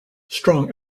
strong